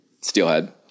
Steelhead